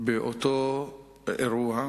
באותו אירוע,